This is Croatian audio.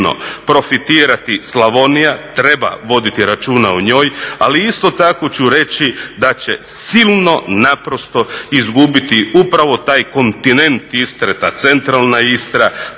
profitirati Slavonija, treba voditi računa o njoj, ali isto tako ću reći da će silno naprosto izgubiti upravo taj kontinent Istre, ta centralna Istra,